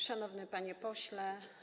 Szanowny Panie Pośle!